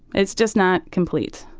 it's just not complete.